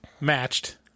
matched